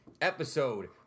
episode